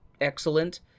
excellent